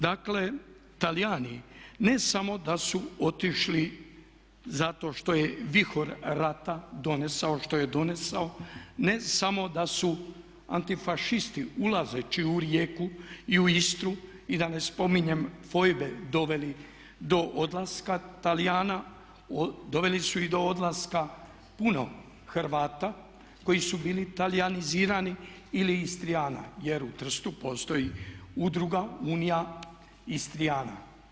Dakle, Talijani ne samo da su otišli zato što je vihor rata donesao što je donesao, ne samo da su antifašisti ulazeći u Rijeku i u Istru i da ne spominjem fojbe doveli do odlaska Talijana doveli su i do odlaska puno Hrvata koji su bili talijanizirani ili Istrijana, jer u Trstu postoji udruga, unija Istrijana.